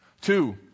Two